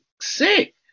sick